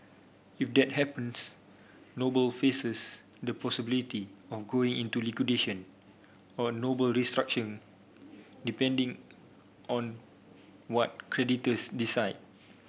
if that happens Noble faces the possibility of going into liquidation or a Noble restructuring depending on what creditors decide